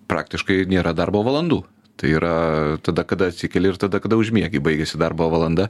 praktiškai nėra darbo valandų tai yra tada kada atsikeli ir tada kada užmiegi baigiasi darbo valanda